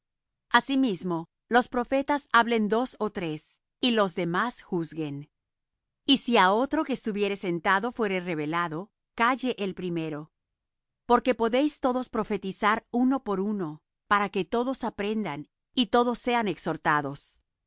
asimismo los profetas hablen dos ó tres y los demás juzguen y si á otro que estuviere sentado fuere revelado calle el primero porque podéis todos profetizar uno por uno para que todos aprendan y todos sean exhortados